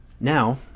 Now